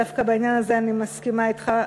דווקא בעניין הזה אני מסכימה אתך,